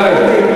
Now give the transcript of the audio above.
רבותי.